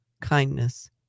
kindness